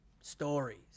stories